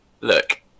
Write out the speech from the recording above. look